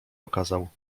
okazał